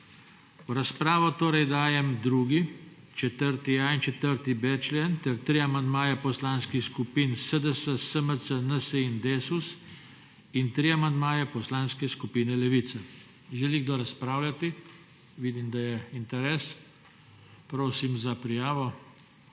V razpravo dajem 2., 4.a in 4.b člen ter tri amandmaje poslanskih skupin SDS, SMC, NSi in Desus in tri amandmaje Poslanske skupine Levica. Želi kdo razpravljati? Vidim, da je interes. Prosim za prijavo.